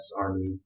Army